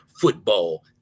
football